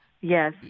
Yes